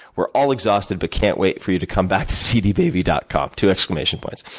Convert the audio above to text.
we're all exhausted, but can't wait for you to come back to cdbaby dot com! two exclamation points.